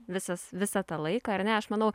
visas visą tą laiką ar ne aš manau